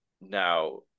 Now